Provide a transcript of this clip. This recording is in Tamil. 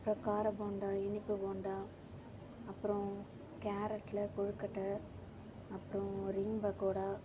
அப்புறம் கார போண்டா இனிப்பு போண்டா அப்புறம் கேரட்ல கொழுக்கட்டை அப்புறம் ரின் பகோடா